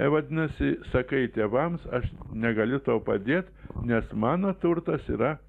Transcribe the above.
vadinasi sakai tėvams aš negaliu tau padėt nes mano turtas yra